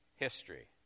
history